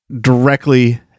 directly